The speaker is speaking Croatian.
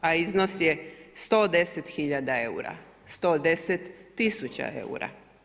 A iznos je 110 hiljada eura, 110 tisuća eura.